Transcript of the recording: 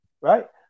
right